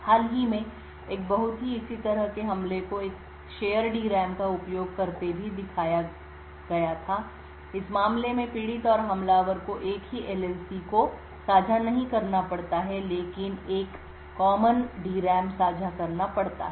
हाल ही में एक बहुत ही इसी तरह के हमले को एक शेयर DRAM का उपयोग करते भी दिखाया गया था ऐसे मामले में पीड़ित और हमलावर को एक ही LLC को साझा नहीं करना पड़ता है लेकिन एक आम DRAM साझा करना पड़ता है